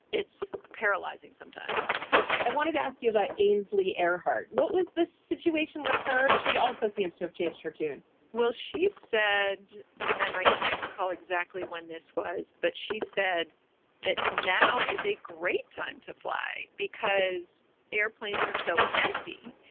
it's paralyzing sometimes i wanted to ask you about ainsley earhart. what was the situation with her? she also seems to have changed her tune well, she said and i can't recall exactly when this was, but she said that now is a great time to fly because airplanes are so empty,